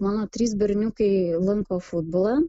mano trys berniukai lanko futbolą